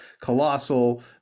colossal